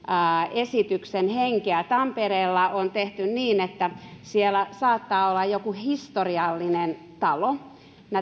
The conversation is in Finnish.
esityksen henkeä tampereella on tehty niin että kun siellä saattaa olla joku historiallinen talo